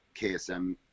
KSM